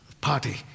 party